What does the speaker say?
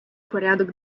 порядок